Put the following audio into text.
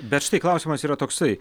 bet štai klausimas yra toksai